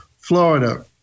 Florida